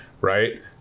Right